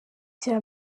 cya